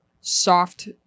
soft